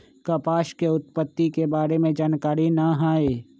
कपास के उत्पत्ति के बारे में जानकारी न हइ